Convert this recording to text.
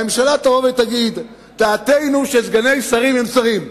הממשלה תבוא ותגיד: דעתנו היא שסגני שרים הם שרים,